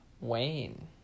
Wayne